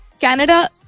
Canada